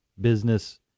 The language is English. business